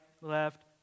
left